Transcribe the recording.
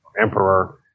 emperor